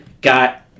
got